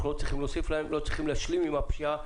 אנחנו לא צריכים להשלים עם הפשיעה.